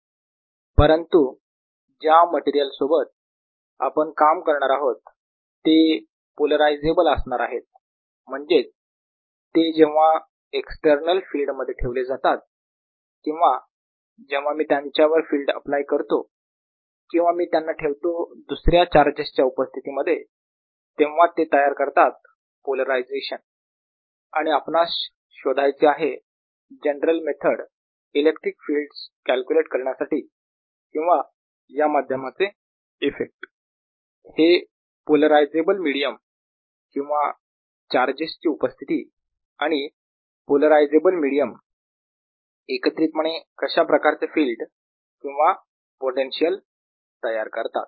n।r r।dS Er V परंतु ज्या material सोबत आपण काम करणार आहोत ते पोलरायझेबल असणार आहेत म्हणजेच ते जेव्हा एक्स्टर्नल फील्ड मध्ये ठेवले जातात किंवा जेव्हा मी त्यांच्यावर फिल्ड अप्लाय करतो किंवा मी त्यांना ठेवतो दुसऱ्या चार्जेस च्या उपस्थिती मध्ये तेव्हा ते तयार करतात पोलरायझेशन आणि आपणास शोधायचे आहे general method electric fields calculate करण्यासाठी किंवा या माध्यमाचे इफेक्ट हे पोलरायझेबल मिडीयम किंवा चार्जेसची उपस्थिती आणि पोलरायझेबल मिडीयम एकत्रितपणे कशाप्रकारचे फिल्ड किंवा पोटेन्शियल तयार करतात